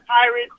Pirates